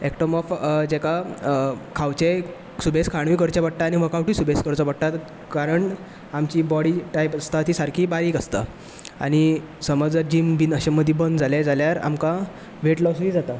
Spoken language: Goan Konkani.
जेका सुबेज खाणूय करचें पडटा आनी वर्क आवटय सुबेज करचें पडटा कारण आमची बोडी टायप जी आसता ती सारकी बारीक आसता आनी समज जर जीम बी अशें बंद जालें की तुमकां वेय्ट लोसय जाता